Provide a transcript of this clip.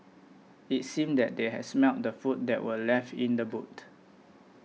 it seemed that they had smelt the food that were left in the boot